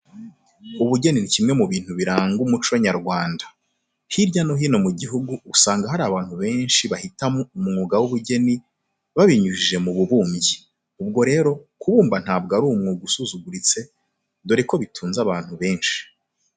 Ubugeni ni kimwe mu bintu biranga umuco nyarwanda. Hirya no hino mu gihugu usanga hari abantu benshi bahitamo umwuga w'ubugeni babinyujije mu bubumbyi. Ubwo rero, kubumba ntabwo ari umwuga usuzuguritse dore ko bitunze abantu benshi.